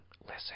Listen